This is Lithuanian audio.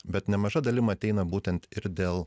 bet nemaža dalim ateina būtent ir dėl